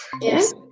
Yes